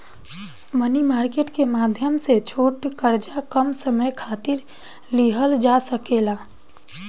मनी market के माध्यम से छोट कर्जा कम समय खातिर लिहल जा सकेला